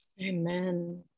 Amen